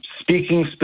speaking